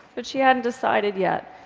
but she hadn't decided yet,